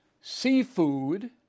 seafood